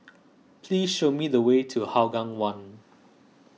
please show me the way to Hougang one